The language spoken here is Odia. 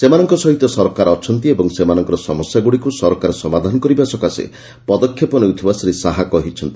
ସେମାନଙ୍କ ସହିତ ସରକାର ଅଛନ୍ତି ଓ ସେମାନଙ୍କର ସମସ୍ୟାଗୁଡ଼ିକୁ ସରକାର ସମାଧାନ କରିବା ସକାଶେ ପଦକ୍ଷେପ ନେଉଥିବା ଶ୍ରୀ ଶାହା କହିଛନ୍ତି